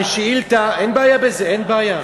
בשאילתה, אין בעיה בזה, אין בעיה.